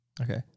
Okay